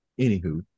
Anywho